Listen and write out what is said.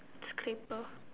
scraper